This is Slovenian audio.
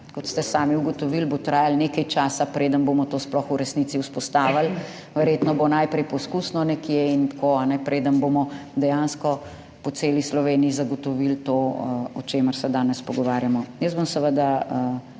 kot ste sami ugotovili, bo trajalo nekaj časa, preden bomo to sploh v resnici vzpostavili. Verjetno bo najprej nekje poskusno in tako, preden bomo dejansko po celi Sloveniji zagotovili to, o čemer se danes pogovarjamo. Jaz bom seveda